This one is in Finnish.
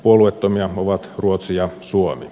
puolueettomia ovat ruotsi ja suomi